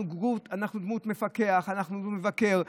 אנחנו דמות מפקחת, אנחנו דמות מבקרת.